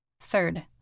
Third